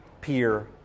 peer